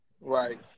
Right